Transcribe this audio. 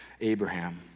Abraham